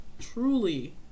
Truly